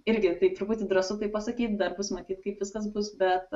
irgi taip truputį drąsu taip pasakyt dar bus matyt kaip viskas bus bet